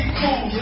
cool